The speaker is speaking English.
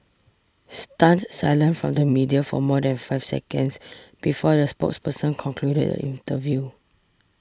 stunned silence from the media for more than five seconds before the spokesperson concluded the interview